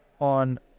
on